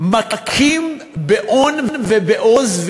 מכים באון ובעוז,